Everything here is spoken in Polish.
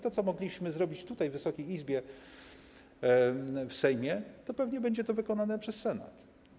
To, co mogliśmy tutaj zrobić w Wysokiej Izbie, w Sejmie, to pewnie będzie to wykonane przez Senat.